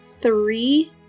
three